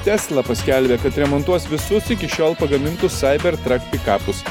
tesla paskelbė kad remontuos visus iki šiol pagamintus cybertruck pikapus